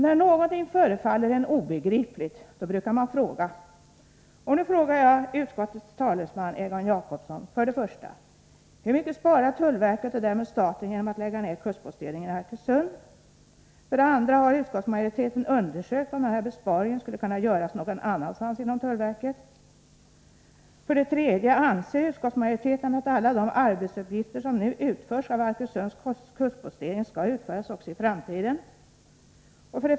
När någonting förefaller en obegripligt så brukar man fråga. Och nu frågar jag utskottets talesman Egon Jacobsson: 2. Har utskottsmajoriteten undersökt om denna besparing skulle kunna göras någon annanstans inom tullverket? 3. Anser utskottsmajoriteten att alla de arbetsuppgifter som nu utförs av Arkösunds kustpostering skall utföras också i framtiden?